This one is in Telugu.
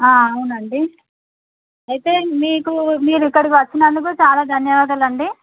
అవునండి అయితే మీకు మీరు ఇక్కడికి వచ్చినందుకు చాలా ధన్యవాదాలండి